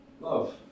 Love